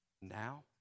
now